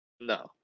No